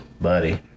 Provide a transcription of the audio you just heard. Buddy